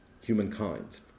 Humankind